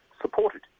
Supported